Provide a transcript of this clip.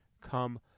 come